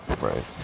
Right